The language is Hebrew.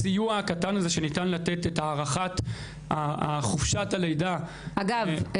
הסיוע הקטן הזה שניתן לתת את הארכת חופשת הלידה --- אגב,